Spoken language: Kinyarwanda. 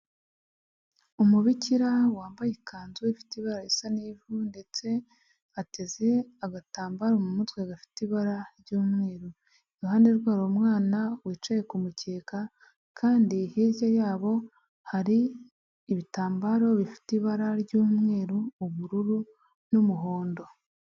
Umubikira wambaye ikanzu ifite ibara risa n'ivu ndetse ateze agatambaro mu mutwe gafite ibara ry'umweru. Iruhanderwe hari umwana wicaye ku mukeka kandi hirya yabo hari ibitambaro bifite ibara ry'umweru, ubururu n'umuhondo.